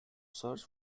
search